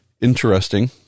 interesting